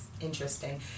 interesting